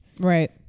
Right